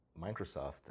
Microsoft